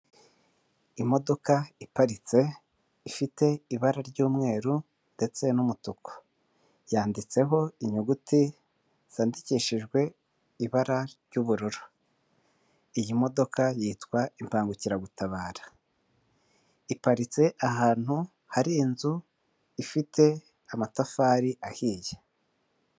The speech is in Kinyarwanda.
Imodoka iparitse ifite ibara ry'umweru ndetse n'umutuku, yanditseho inyuguti zandikishijwe ibara ry'ubururu. Iyi modoka yitwa imbangukiragutabara iparitse ahantu hari inzu ifite amatafari ahiye.